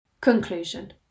Conclusion